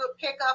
pickup